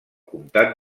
comtat